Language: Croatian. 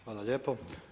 Hvala lijepo.